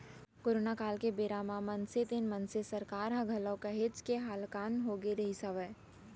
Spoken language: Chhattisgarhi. करोना काल के बेरा म मनसे तेन मनसे सरकार ह घलौ काहेच के हलाकान होगे रिहिस हवय